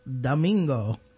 Domingo